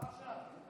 מה עכשיו?